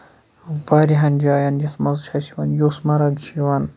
واریاہن جاین یَتھ منٛز چھُ اَسہِ یِوان یوٗسمَرٕگ چھُ یِوان